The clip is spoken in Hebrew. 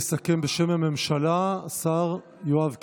יסכם בשם הממשלה השר יואב קיש.